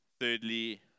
Thirdly